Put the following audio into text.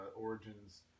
Origins